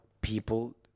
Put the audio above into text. people